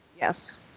Yes